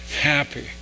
happy